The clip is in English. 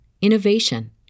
innovation